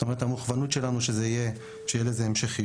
כלומר, אנחנו מכוונים לכך שתהיה לזה המשכיות.